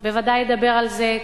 בוודאי ידבר על זה,